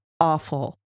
awful